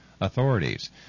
authorities